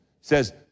Says